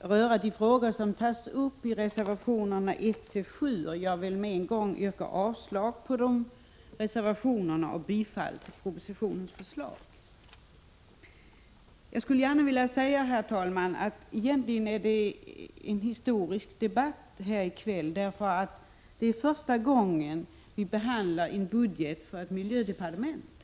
röra de frågor som tas upp i reservationerna 1—7, och jag vill med en gång yrka avslag på dessa reservationer och bifall till utskottets förslag. Jag skulle gärna vilja säga, herr talman, att egentligen är det en historisk debatt här i kväll. Det är första gången vi behandlar en budget för ett miljödepartement.